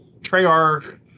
Treyarch